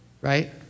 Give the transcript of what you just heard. right